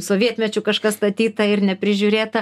sovietmečiu kažkas statyta ir neprižiūrėta